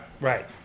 right